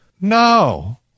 No